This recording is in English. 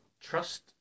trust